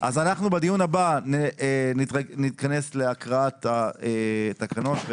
אנחנו בדיון הבא נתכנס להקראת התקנות.